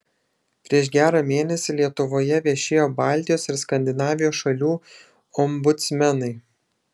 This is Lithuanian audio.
prieš gerą mėnesį lietuvoje viešėjo baltijos ir skandinavijos šalių ombudsmenai